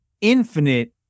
infinite